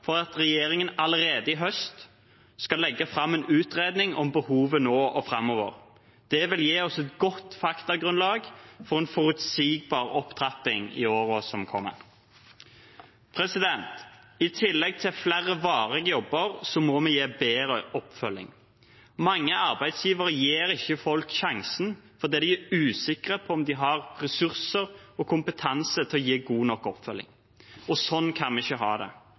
for at regjeringen allerede i høst skal legge fram en utredning om behovet nå og framover. Det vil gi oss et godt faktagrunnlag for en forutsigbar opptrapping i årene som kommer. I tillegg til flere varige jobber må vi gi bedre oppfølging. Mange arbeidsgivere gir ikke folk sjansen fordi de er usikre på om de har ressurser og kompetanse til å gi god nok oppfølging – og sånn kan vi ikke ha det.